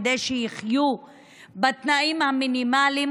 כדי שיחיו בתנאים המינימליים,